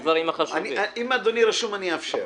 אם אדוני רשום, אאפשר.